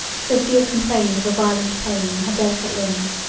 sophia complained of a violent pain in her delicate limbs,